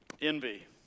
Envy